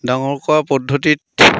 ডাঙৰ কৰা পদ্ধতিত